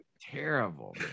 terrible